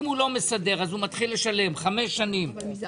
אם הוא לא מסדר הוא מתחיל לשלם למשך חמש שנים --- אבל סכום מזערי.